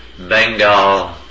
Bengal